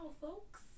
folks